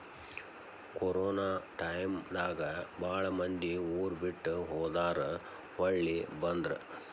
corona time ದಾಗ ಬಾಳ ಮಂದಿ ಊರ ಬಿಟ್ಟ ಹೊದಾರ ಹೊಳ್ಳಿ ಬಂದ್ರ